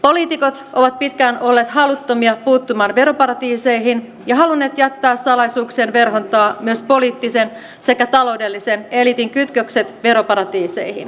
poliitikot ovat pitkään olleet haluttomia puuttumaan veroparatiiseihin ja halunneet jättää salaisuuksien verhon taa myös poliittisen sekä taloudellisen eliitin kytkökset veroparatiiseihin